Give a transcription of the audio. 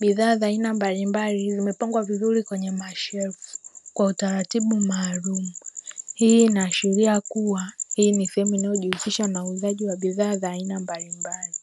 Bidhaa za aina mbalimbali zimepangwa vizuri kwenye mashelfu kwa utaratibu maalumu. Hii inaashiria kuwa hii ni sehemu inayojihusisha na uuzaji wa bidhaa za aina mbalimbali.